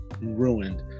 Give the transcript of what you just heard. ruined